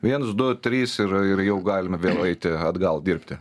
viens du trys ir ir jau galim eiti atgal dirbti